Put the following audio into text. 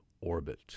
Orbit